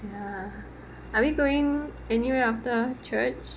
ya are we going anyway after church